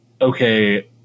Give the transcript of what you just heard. okay